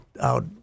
out